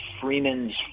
Freeman's